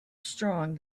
strong